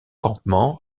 campement